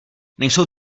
nejsou